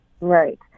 right